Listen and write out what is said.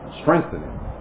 strengthening